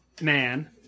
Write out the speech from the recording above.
man